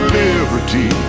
liberty